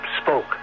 spoke